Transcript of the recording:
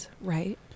Right